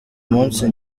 munsi